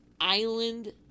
Island